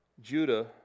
Judah